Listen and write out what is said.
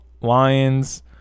Lions